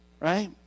right